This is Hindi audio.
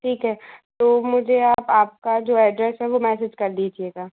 ठीक है तो मुझे आप आपका जो ऐड्रेस है वो मैसेज कर दीजिएगा